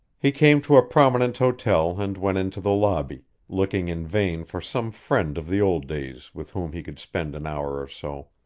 he came to a prominent hotel and went into the lobby, looking in vain for some friend of the old days with whom he could spend an hour or so.